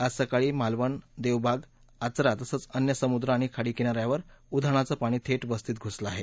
आज सकाळी मालवण देवबाग आचरा तसच अन्य समुद्र आणि खाडी किनाऱ्यावर उधाणाचं पाणी थेट वस्तीत घुसलं आहे